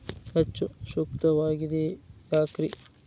ಹೆಚ್ಚು ಸೂಕ್ತವಾಗಿದೆ ಯಾಕ್ರಿ?